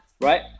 right